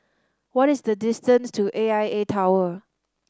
what is the distance to A I A Tower